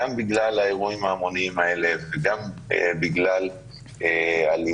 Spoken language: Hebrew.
גם בגלל האירועים ההמונים האלה וגם בגלל הלימודים,